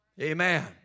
Amen